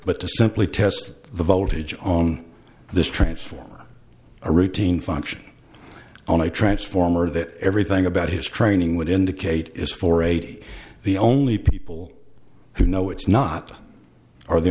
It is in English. but to simply test the voltage on this transform a routine function on a transformer that everything about his training would indicate is for aig the only people who know it's not are the